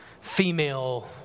female